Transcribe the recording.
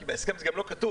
בהסכם זה גם לא כתוב.